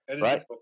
Right